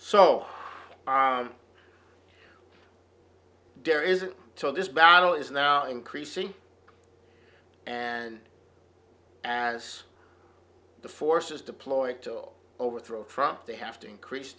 so there is so this battle is now increasing and as the forces deployed till overthrow trump they have to increase